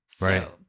Right